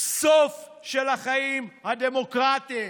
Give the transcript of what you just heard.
סוף של החיים הדמוקרטים".